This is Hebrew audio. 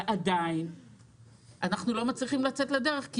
ועדיין אנחנו לא מצליחים לצאת לדרך כי